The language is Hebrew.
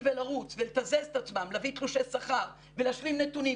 ולרוץ ולתזז את עצמם להביא תלושי שכר ולהשלים נתונים.